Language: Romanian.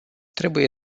trebuie